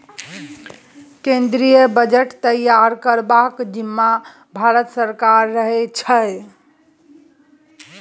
केंद्रीय बजट तैयार करबाक जिम्माँ भारते सरकारक रहै छै